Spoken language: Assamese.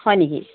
হয় নেকি